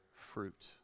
fruit